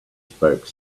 spoke